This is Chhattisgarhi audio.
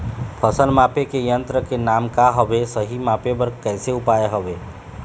फसल मापे के यन्त्र के का नाम हवे, सही मापे बार कैसे उपाय हवे?